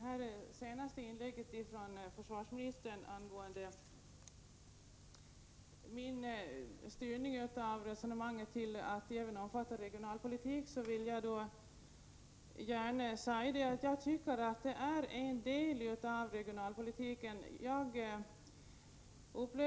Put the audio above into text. Herr talman! Efter försvarsministerns senaste inlägg angående min styrning av resonemanget till att även omfatta regionalpolitik vill jag gärna säga att jag tycker att det här är en del av regionalpolitiken.